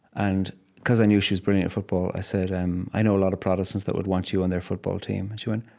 and because i knew she was brilliant at football, i said, um i know a lot of protestants that would want you on their football team. and she went,